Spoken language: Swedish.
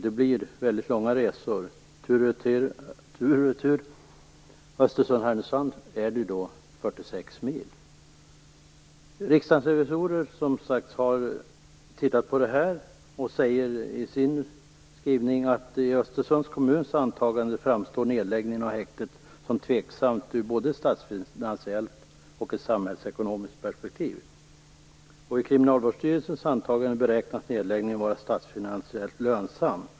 Det blir väldigt långa resor - mellan Östersund och Härnösand är det 46 mil tur och retur. Det har sagts att Riksdagens revisorer har tittat på det här. De säger i sin skrivning att i Östersunds kommuns antagande framstår nedläggningen av häktet som tveksamt i både statsfinansiellt och samhällsekonomiskt perspektiv. I Kriminalvårdsstyrelsens antagande beräknas nedläggningen vara statsfinansiellt lönsam.